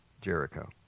Jericho